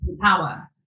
power